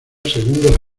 segundo